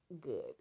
good